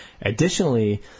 Additionally